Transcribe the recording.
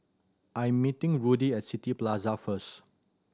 I'm meeting Rudy at City Plaza first